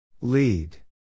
Lead